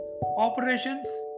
operations